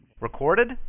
Recorded